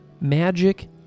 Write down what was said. Magic